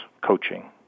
coaching